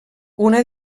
una